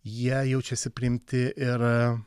jie jaučiasi priimti ir